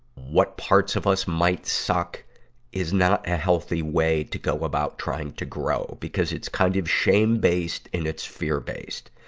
what parts of us might suck is not a healthy way to go about trying to grow, because it's kind of shame-based and it's fear-based.